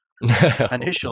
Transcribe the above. initially